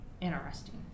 Interesting